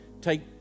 take